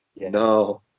no